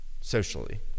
socially